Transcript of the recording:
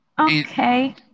Okay